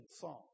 song